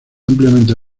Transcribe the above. ampliamente